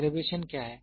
calibration क्या है